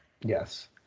yes